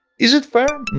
is it fair?